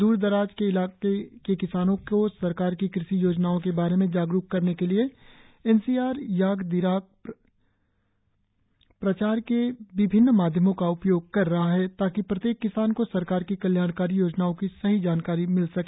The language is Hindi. दूर दराज में रहने वाले किसानों को सरकार की कृषि योजनाओ के बारे में जागरुक करने के लिए N R C yak Dirang प्रचार के विभिन्न माध्यमों का उपयोग कर रहा है ताकि प्रत्येक किसान को सरकार की कल्याणकारी योजनाओं की सही जानकारी मिल सके